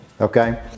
okay